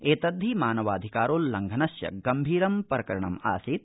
एतद्धि मानवाधिकारोल्लंघनस्य गम्भीरं प्रकरणम् आसीत्